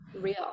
real